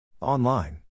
Online